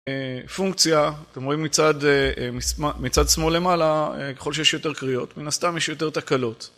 פונקציה, אתם רואים מצד שמאל למעלה, ככל שיש יותר קריאות, מן הסתם, יש יותר תקלות.